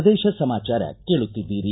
ಪ್ರದೇಶ ಸಮಾಚಾರ ಕೇಳುತ್ತಿದ್ದೀರಿ